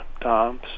Tom